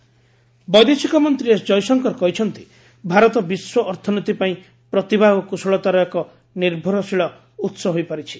Jaishankar global economy ବୈଦେଶିକ ମନ୍ତ୍ରୀ S Jaishankar କହିଛନ୍ତି ଭାରତ ବିଶ୍ୱ ଅର୍ଥନୀତି ପାଇଁ ପ୍ରତିଭା ଓ କୁଶଳତାର ଏକ ନିର୍ଭରଶୀଳ ଉହ ହୋଇପାରିଛି